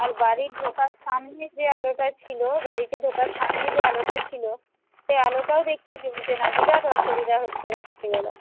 আর বাড়ি ঢোকার সামনে যে আলোটা ছিল বাড়িতে ঢোকার সামনেই যে আলোটা ছিল সে আলোটাও দেখছি জ্বলছে না বিরাট অসুবিধা হচ্ছে রাত্রিবেলা